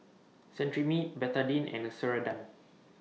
Cetrimide Betadine and Ceradan